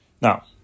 Now